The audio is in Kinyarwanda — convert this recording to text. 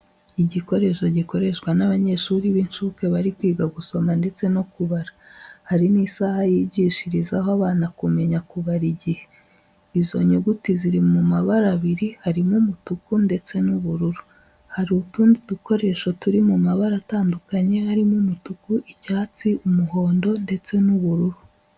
Igikoresho gikoreshwa n'abanyeshuri b'incuke bari kwiga gusoma, ndetse no kubara, hari n'isaha yigishirizaho abana kumenya kubara igihe, izo nyuguti ziri mu mabara abiri harimo umutuku, ndetse n'ubururu. Hari utundi dukoresho turi mu mabara atandukanye harimo umutuku, icyatsi, umuhondo, ndetse n'ubururu.